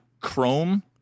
Chrome